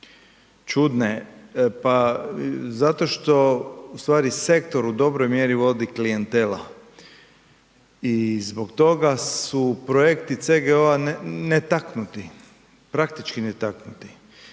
čudne, pa zato što ustvari sektor u dobroj mjeri vodi klijentela i zbog toga su projekti CGO-a netaknuti, praktički netaknuti.